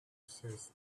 says